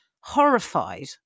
horrified